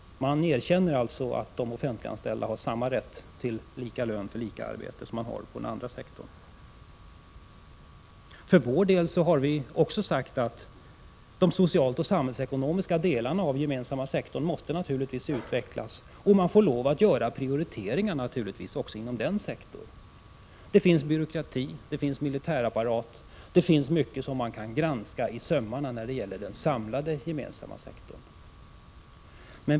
Man erkänner alltså att de offentliganställda har samma rätt till lika lön för lika arbete som anställda på andra sektorer har. Vi i vpk har sagt att de sociala och samhällsekonomiska delarna av den gemensamma sektorn naturligtvis måste utvecklas och att det också inom den sektorn måste göras prioriteringar. Det finns byråkrati, militärapparat och mycket annat i den samlade gemensamma sektorn som kan granskas i sömmarna.